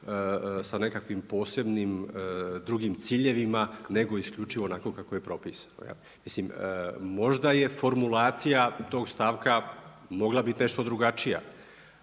sa nekakvim posebnim drugim ciljevima, nego isključivo onako kako je propisano, je li. Mislim, možda je formulacija tog stavka mogla biti nešto drugačija,